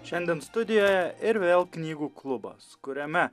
šiandien studijoje ir vėl knygų klubas kuriame